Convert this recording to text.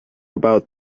about